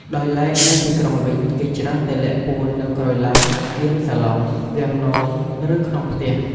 ដោយឡែកនៅទីក្រុងវិញ គេច្រើនតែលាក់ពួននៅក្រោយឡាន កៀនសាឡុង វាំងនន ឬ ក្នុងផ្ទះ។